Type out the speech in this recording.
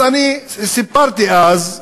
אז אני סיפרתי, הסברתי,